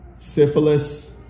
Syphilis